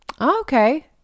Okay